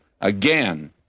again